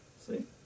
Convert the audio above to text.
See